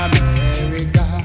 America